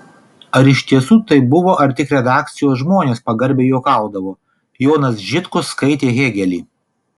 ar iš tiesų taip buvo ar tik redakcijos žmonės pagarbiai juokaudavo jonas žitkus skaitė hėgelį